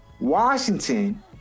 Washington